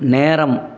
நேரம்